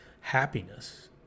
happiness